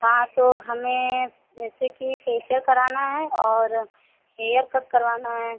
हाँ तो हमें जैसे कि फेशियल कराना है और हेयर कट करवाना है